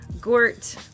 Gort